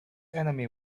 enemy